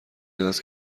است